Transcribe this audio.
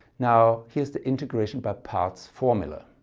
now here's the integration by parts formula.